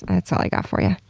that's all i got for yeah